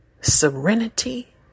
Serenity